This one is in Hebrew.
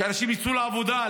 שאנשים יצאו לעבוד.